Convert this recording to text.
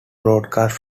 broadcasts